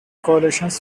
coalitions